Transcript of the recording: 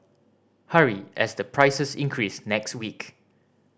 hurry as the prices increase next week